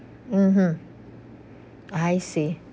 mmhmm I see